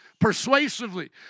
persuasively